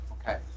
Okay